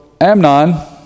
Amnon